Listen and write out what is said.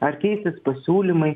ar keisis pasiūlymai